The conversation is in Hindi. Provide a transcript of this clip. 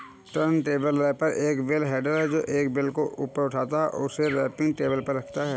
टर्नटेबल रैपर एक बेल हैंडलर है, जो एक बेल को ऊपर उठाता है और उसे रैपिंग टेबल पर रखता है